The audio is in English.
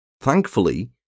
Thankfully